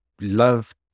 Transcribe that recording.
love